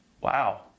wow